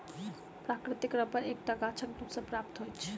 प्राकृतिक रबर एक टा गाछक दूध सॅ प्राप्त होइत छै